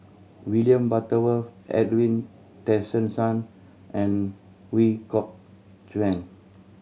William Butterworth Edwin Tessensohn and Ooi Kok Chuen